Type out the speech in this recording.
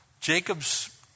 Jacob's